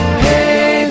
hey